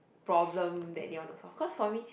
problem that they want to solve cause for me